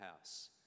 house